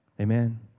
Amen